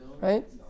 right